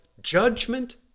judgment